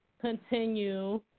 continue